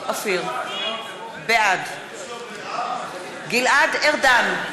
בעד גלעד ארדן, בעד אורי